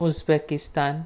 Uzbekistan